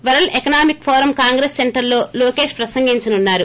వరల్ల్ economic forum congress సెంటర్లో లోకేష్ ప్రసంగించనున్నారు